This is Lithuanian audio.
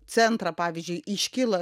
centrą pavyzdžiui iškyla